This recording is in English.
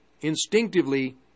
instinctively